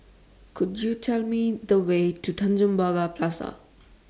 Could YOU Tell Me The Way to Tanjong Pagar Plaza